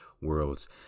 worlds